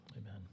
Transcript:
amen